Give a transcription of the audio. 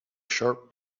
sharp